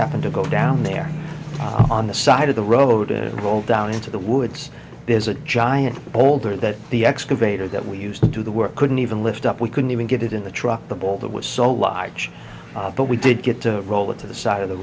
happen to go down there on the side of the road and roll down into the woods there's a giant boulder that the excavator that we use to do the work couldn't even lift up we couldn't even get it in the truck the ball that was so large but we did get to roll it to the side of the